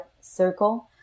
circle